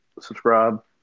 subscribe